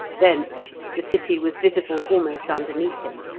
thence the city was visible almost underneath him.